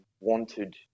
wanted